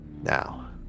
Now